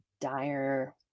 dire